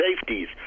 safeties